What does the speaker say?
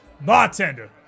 bartender